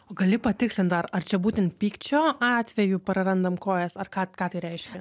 o gali patikslint ar ar čia būtent pykčio atveju prarandam kojas ar ką ką tai reiškia